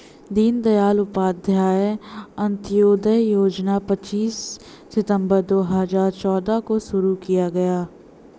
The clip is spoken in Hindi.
दीन दयाल उपाध्याय अंत्योदय योजना पच्चीस सितम्बर दो हजार चौदह को शुरू किया गया